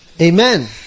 Amen